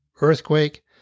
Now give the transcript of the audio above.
earthquake